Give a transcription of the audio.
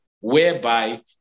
whereby